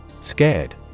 Scared